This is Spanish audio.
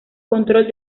control